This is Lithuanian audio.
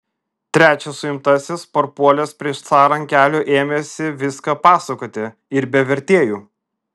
trečias suimtasis parpuolęs prieš carą ant kelių ėmėsi viską pasakoti ir be vertėjų